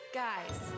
Guys